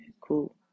cool